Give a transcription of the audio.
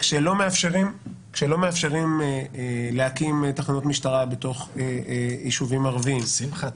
כשלא מאפשרים להקים תחנות משטרה בתוך יישובים ערביים וכדומה --- שמחה,